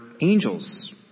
angels